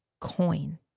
coin